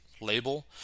label